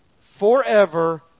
forever